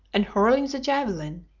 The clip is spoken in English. and hurling the javelin,